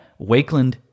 Wakeland